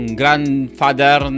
grandfather